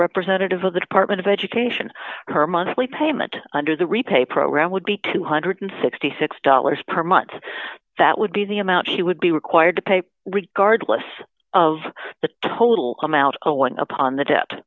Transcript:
representative of the department of education her monthly payment under the repay program would be two hundred and sixty six dollars per month that would be the amount she would be required to pay regardless of the total amount owing upon the d